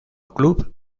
club